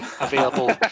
available